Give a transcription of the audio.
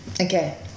Okay